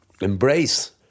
embrace